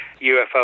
UFO